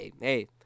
hey